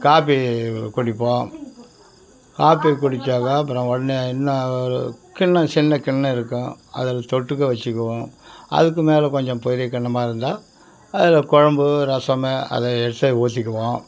copy குடிப்போம் coffee குடித்தாக்கா அப்புறம் உடனே இன்னொரு கிண்ணம் சின்ன கிண்ணம் இருக்கும் அதில் தொட்டுக்க வச்சுக்குவோம் அதுக்கு மேலே கொஞ்சம் பெரிய கிண்ணமா இருந்தால் அதில் குழம்பு ரசமோ அதில் எடுத்து ஊற்றிக்குவோம்